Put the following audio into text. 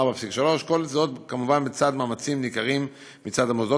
כל זאת כמובן לצד מאמצים ניכרים מצד המוסדות